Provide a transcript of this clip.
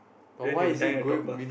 then he'll die in the top path